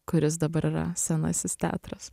kuris dabar yra senasis teatras